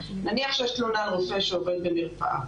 נניח שיש תלונה על רופא שעובד במרפאה,